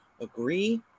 Agree